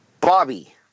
Bobby